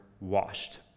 washed